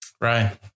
Right